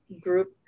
group